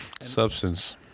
substance